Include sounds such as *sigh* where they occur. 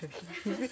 *laughs*